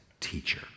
teacher